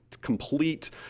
complete